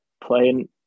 playing